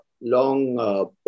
long